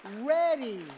ready